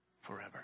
forever